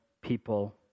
people